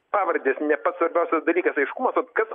pavardės ne pats svarbiausias dalykas aiškumas vat kas